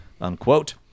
unquote